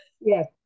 Yes